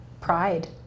pride